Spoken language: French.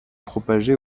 propagée